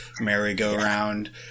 merry-go-round